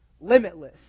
limitless